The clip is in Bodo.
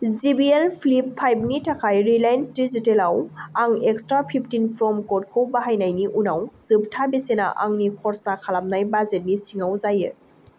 जिबिएल फ्लिप फाइभनि थाखाय रिलाइन्स डिजिटेलाव आं एक्सट्रा फिफटिन फ्रम कडखौ बाहायनायनि उनाव जोबथा बेसेना आंनि खरसा खालामनाय बाजेटनि सिङाव जायो